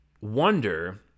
wonder